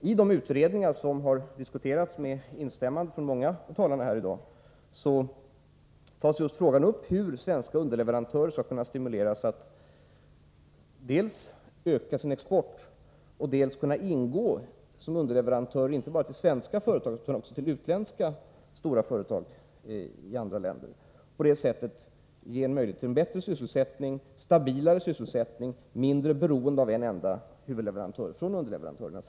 I de utredningar som har diskuterats med instämmande från många av talarna i dag tar man just upp frågan om hur svenska underleverantörer skall kunna stimuleras att dels öka sin export, dels kunna ingå som underleverantörer inte bara till svenska företag utan också till utländska stora företag och på det sättet ge möjligheter till bättre och stabilare sysselsättning och mindre beroende av ett enda företag.